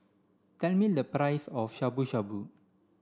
tell me the price of Shabu Shabu